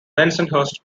bensonhurst